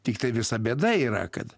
tiktai visa bėda yra kad